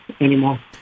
anymore